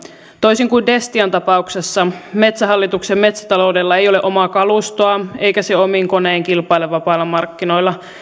toisin kuin destian tapauksessa metsähallituksen metsätaloudella ei ole omaa kalustoa eikä se omin konein kilpaile vapailla markkinoilla